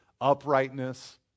uprightness